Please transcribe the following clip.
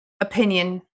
opinion